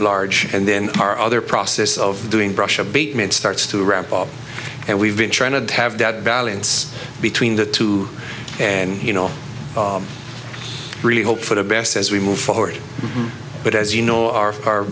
large and then our other process of doing brush abatement starts to ramp up and we've been trying to have that balance between the two and you know really hope for the best as we move forward but as you know